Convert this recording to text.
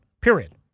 Period